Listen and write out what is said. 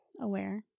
aware